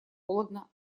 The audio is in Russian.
холодно